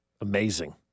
Amazing